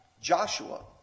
Joshua